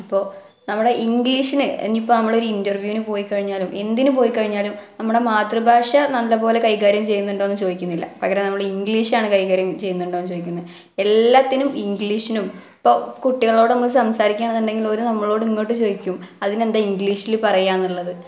ഇപ്പോള് നമ്മുടെ ഇംഗ്ലീഷിന് ഇനിയിപ്പോള് നമ്മളൊരു ഇൻറ്റർവ്യൂവിന് പോയിക്കഴിഞ്ഞാലും എന്തിന് പോയിക്കഴിഞ്ഞാലും നമ്മുടെ മാതൃഭാഷ നല്ലപോലെ കൈകാര്യം ചെയ്യുന്നുണ്ടോ എന്ന് ചോദിക്കുന്നില്ല പകരം നമ്മള് ഇംഗ്ലീഷാണ് കൈകാര്യം ചെയ്യുന്നുണ്ടോ എന്നു ചോദിക്കുന്നത് എല്ലാത്തിനും ഇംഗ്ലീഷിനും ഇപ്പോള് കുട്ടികളോട് നമ്മള് സംസാരിക്കുകയാണെന്നുണ്ടെങ്കിൽ അവര് നമ്മളോടിങ്ങോട്ട് ചോദിക്കും അതിനെന്താണ് ഇംഗ്ലീഷിൽ പറയുക എന്നുള്ളത്